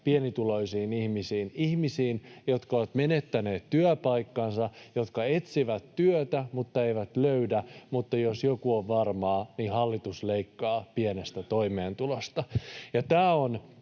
leikkauksista, ihmisiin, jotka ovat menettäneet työpaikkansa, jotka etsivät työtä mutta eivät löydä. Mutta jos joku on varmaa, niin se, että hallitus leikkaa pienestä toimeentulosta.